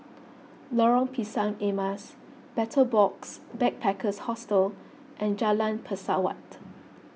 Lorong Pisang Emas Betel Box Backpackers Hostel and Jalan Pesawat